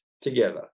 together